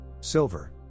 silver